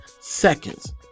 seconds